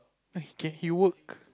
he can he work